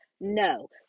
No